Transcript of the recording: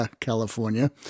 California